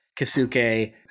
Kisuke